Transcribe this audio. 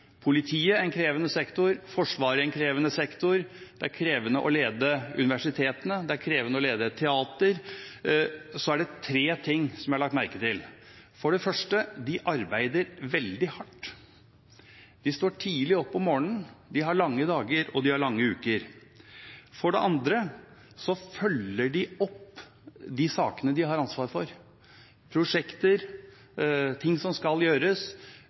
politiet, en krevende sektor, i Forsvaret, en krevende sektor, i universitetene, som er krevende å lede, et teater som er krevende å lede – er det tre ting som jeg har lagt merke til: For det første arbeider de veldig hardt. De står tidlig opp om morgenen og har lange dager og lange uker. For det andre følger de opp de sakene de har ansvar for – prosjekter, ting som skal gjøres,